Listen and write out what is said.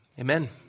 amen